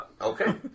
Okay